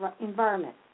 environment